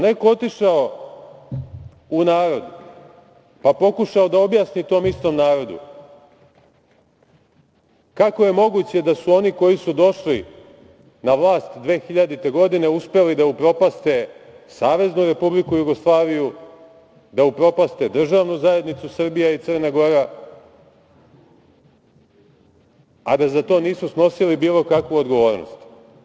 Da li je neko otišao u narod, pa pokušao da objasni tom istom narodu kako je moguće da su oni koji su došli na vlast 2000. godine uspeli da upropaste SRJ, da upropaste Državnu zajednicu Srbija i Crna Gora, a da za to nisu snosili bilo kakvu odgovornost?